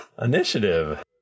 Initiative